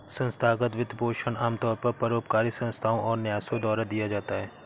संस्थागत वित्तपोषण आमतौर पर परोपकारी संस्थाओ और न्यासों द्वारा दिया जाता है